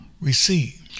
receive